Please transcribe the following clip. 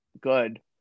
good